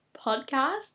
podcast